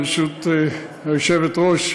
ברשות היושבת-ראש,